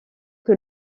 que